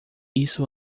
isso